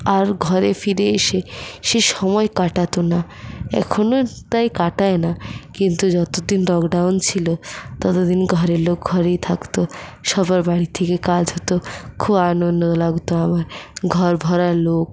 আর ঘরে ফিরে এসে সে সময় কাটাতো না এখন আর তাই কাটায় না কিন্তু যতদিন লকডাউন ছিল ততদিন ঘরের লোক ঘরেই থাকতো সবার বাড়ি থেকে কাজ হতো খুব আনন্দ লাগত আমার ঘর ভরা লোক